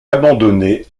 abandonné